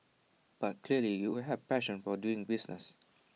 but clearly you have A passion for doing business